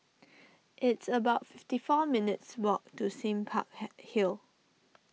it's about fifty four minutes' walk to Sime Park had Hill